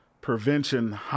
prevention